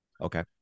Okay